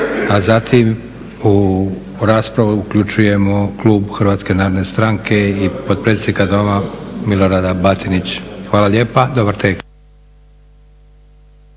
A zatim u raspravu uključujemo klub HNS-a i potpredsjednika Doma Milorada Batinić. Hvala lijepa. Dobar tek.